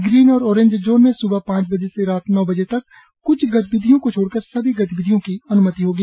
green और orange zone में सुबह पांच बजे से रात नौ बजे तक कुछ गतिविधियों को छोड़कर सभी गतिविधियों की अन्मति होगी